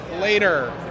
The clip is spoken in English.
later